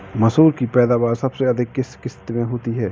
मसूर की पैदावार सबसे अधिक किस किश्त में होती है?